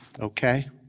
okay